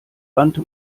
rannte